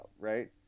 Right